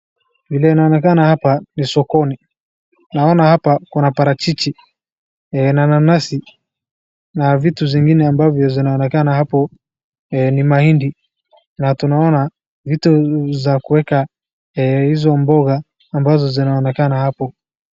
Vile inaonekana hapa ni sokoni. Naona hapa kuna parachichi na nanasi na vitu zingine ambavyo zinaonekana hapo ni mahindi na tunaona vitu za kuweka hizo mboga ambazo zinaonekana hapo.